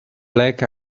black